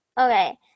okay